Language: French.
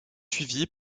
suivis